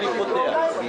אני פותח.